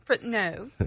No